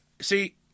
see